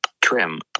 trim